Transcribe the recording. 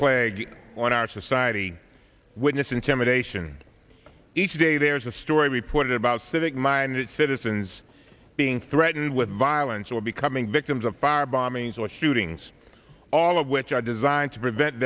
play on our society witness intimidation each day there's a story reported about civic minded citizens being threatened with violence or becoming victims of fire bombings or shootings all of which are designed to prevent